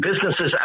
businesses